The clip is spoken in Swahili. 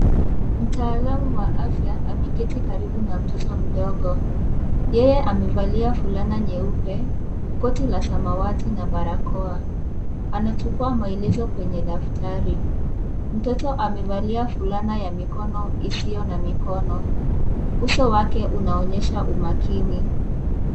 Mtaalamu wa afya ameketi karibu na mtoto mdogo ,yeye amevalia fulana nyeupe, koti la samawati na barakoa. Anachukua maelezo kwenye daktari, mtoto amevalia fulana ya mkono isiyo na mikono ,uso wake unaonyesha umakini.